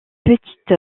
petite